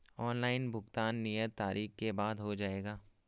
Online भुगतान नियत तारीख के बाद हो जाएगा?